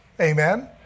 amen